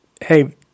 hey